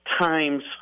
times